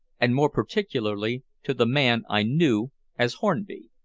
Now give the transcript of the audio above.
and more particularly to the man i knew as hornby.